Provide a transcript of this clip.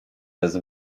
bez